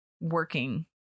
working